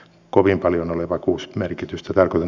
kovin paljon ole vakuusmerkitystä tarkoin